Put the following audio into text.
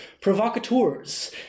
provocateurs